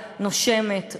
נושמת,